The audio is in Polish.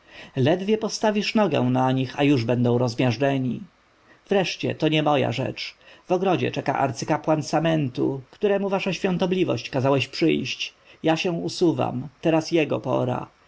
ledwie postawisz nogę na nich a już będą rozmiażdżeni wreszcie to nie moja rzecz w ogrodzie czeka arcykapłan samentu któremu wasza świątobliwość kazałeś przyjść ja się usuwam teraz jego pora